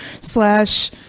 slash